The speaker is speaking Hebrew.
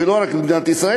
ולא רק במדינת ישראל,